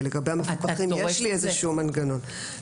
כי לגבי המפוקחים יש איזשהו מנגנון.